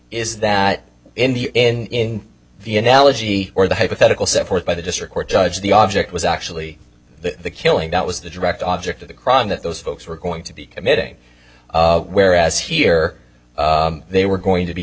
is that in the in the analogy or the hypothetical set forth by the district court judge the object was actually the killing that was the direct object of the crime that those folks were going to be committing whereas here they were going to be